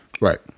Right